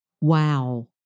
Wow